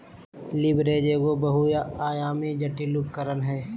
leverage एगो बहुआयामी, जटिल उपकरण हय